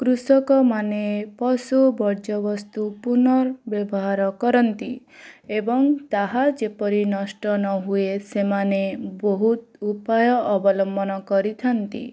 କୃଷକମାନେ ପଶୁ ବର୍ଜ୍ୟବସ୍ତୁ ପୁର୍ନ ବ୍ୟବହାର କରନ୍ତି ଏବଂ ତାହା ଯେପରି ନଷ୍ଟ ନ ହୁଏ ସେମାନେ ବହୁତ ଉପାୟ ଅବଲମ୍ବନ କରିଥାନ୍ତି